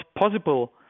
possible